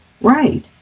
right